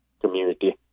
community